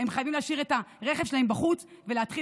הם חייבים להשאיר את הרכב שלהם בחוץ ולהתחיל